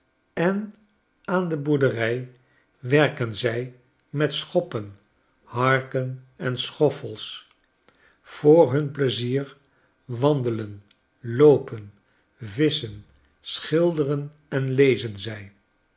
en aan de boerderij werken zy met schoppen harken en schoffels voor hun pleizier wandelen loopen visschen schilderen en lezen zij